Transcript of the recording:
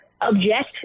object